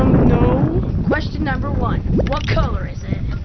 um no. question number one, what color is it?